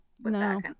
No